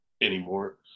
anymore